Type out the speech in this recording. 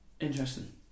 interesting